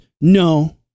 No